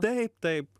taip taip